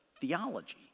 theology